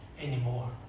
anymore